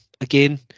Again